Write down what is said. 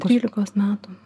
trylikos metų